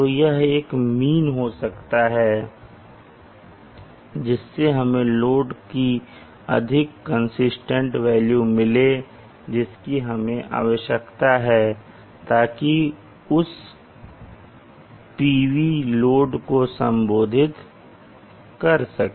तो यह मीन हो सकता है जिससे हमें लोड की अधिक कंसिस्टेंट वेल्यू मिले जिसकी हमें आवश्यकता है ताकि PV उस लोड को संबोधित कर सके